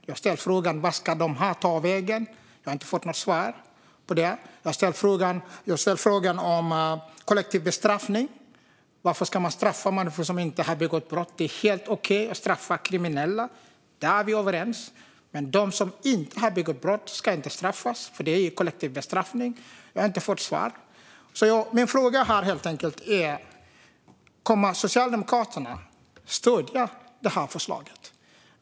Jag ställde frågan vart de ska ta vägen, men jag har inte fått något svar på det. Jag har även ställt frågan om kollektiv bestraffning. Varför ska man straffa människor som inte begått brott? Det är helt okej att straffa kriminella; där är vi överens. Men de som inte har begått brott ska inte straffas, för det är kollektiv bestraffning. Jag har inte fått svar. Min fråga är nu helt enkelt om Socialdemokraterna kommer att stödja det här förslaget.